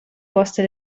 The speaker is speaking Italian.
posta